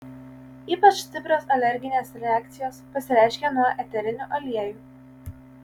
ypač stiprios alerginės reakcijos pasireiškia nuo eterinių aliejų